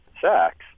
sex